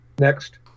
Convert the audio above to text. Next